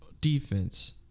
defense